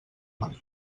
mar